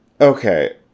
okay